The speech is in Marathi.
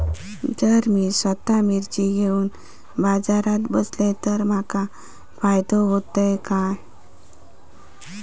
जर मी स्वतः मिर्ची घेवून बाजारात बसलय तर माका फायदो होयत काय?